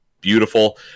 beautiful